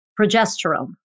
progesterone